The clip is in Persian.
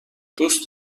دوست